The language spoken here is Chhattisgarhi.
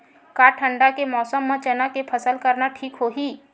का ठंडा के मौसम म चना के फसल करना ठीक होही?